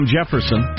Jefferson